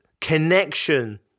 connection